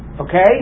okay